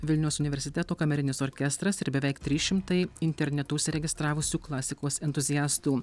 vilniaus universiteto kamerinis orkestras ir beveik trys šimtai internetu užsiregistravusių klasikos entuziastų